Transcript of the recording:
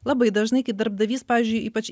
labai dažnai kai darbdavys pavyzdžiui ypač